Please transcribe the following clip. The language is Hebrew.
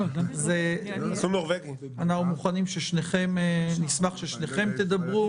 נשמח ששניכם תדברו.